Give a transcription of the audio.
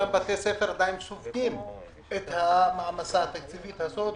אותם בתי ספר סוחבים את המעמסה התקציבית הזאת.